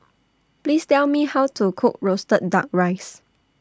Please Tell Me How to Cook Roasted Duck Rice